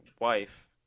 wife –